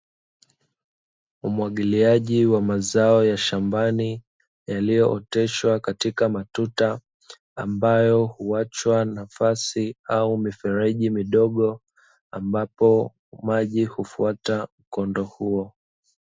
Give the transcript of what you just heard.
Umwagiliaji wa mazao ya shambani yaliyo oteshwa katika matuta ambayo huacha nafasi au mkondo maalumu ambayo maji hufata mkondo huo.